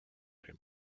him